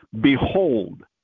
Behold